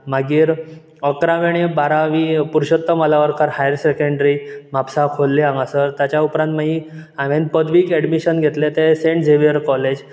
मागीर अकरावी आनी बारावी पुरशोत्तम वालोरकर हायर सॅकेणडरी म्हापसा खोर्ले हांगा सर ताच्या उपरांत मागीर हांवें पदवीक एडमिशन घेतलें तें सॅण्ट झेवियर कॉलेज